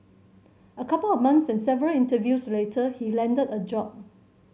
a couple of months and several interviews later he landed a job